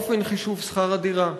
מהו אופן חישוב שכר הדירה,